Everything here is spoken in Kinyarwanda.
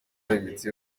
imitsi